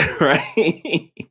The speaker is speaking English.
Right